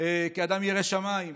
כאדם ירא שמים,